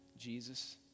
Jesus